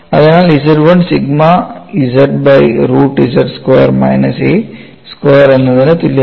അതിനാൽ Z1 sigma z by root z square minus a square എന്നതിനു തുല്യമാണ്